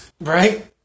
Right